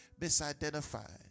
misidentified